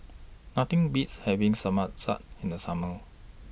Nothing Beats having in The Summer